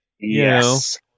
Yes